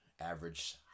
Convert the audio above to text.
average